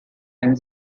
and